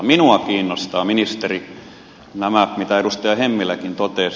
minua kiinnostaa ministeri nämä mitkä edustaja hemmiläkin totesi